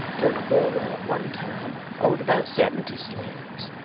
colonel burwell at one time owned about seventy slaves,